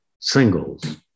singles